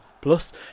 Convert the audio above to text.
Plus